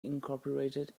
incorporated